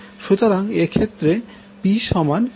সুতরাং এক্ষেত্রে P সমান12 I2 R হবে